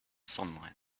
sunlight